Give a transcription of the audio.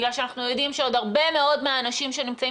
בגלל שאנחנו יודעים שעוד הרבה מאוד אנשים שנמצאים